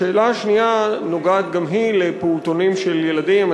השאלה השנייה נוגעת גם היא לפעוטונים של ילדים,